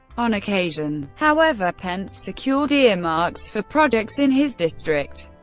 on occasion, however, pence secured earmarks for projects in his district.